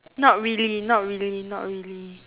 not really not really not really